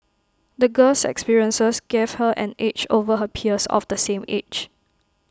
the girl's experiences gave her an edge over her peers of the same age